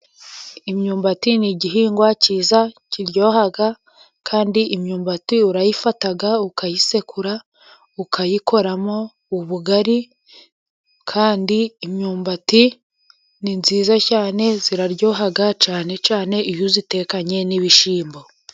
Imyumbati ni igihingwa kiza kiryoha， kandi imyumbati urayifata，ukayisekura，ukayikoramo ubugari，kandi imyumbati ni myiza cyane， iraryoha cyane cyane，iyo uyitekanye n'ibishyimbo.